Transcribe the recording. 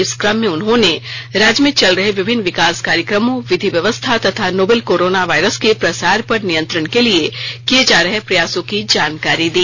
इस क्रम में उन्होंने राज्य में चल रहे विभिन्न विकास कार्यक्रमों विधि व्यवस्था तथा नोवेल कोरोना वायरस के प्रसार पर नियंत्रण के लिए किये जा रहे प्रयासों की जानकारी दी